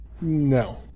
No